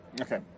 Okay